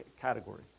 category